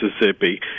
Mississippi